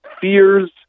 fears